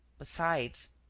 besides.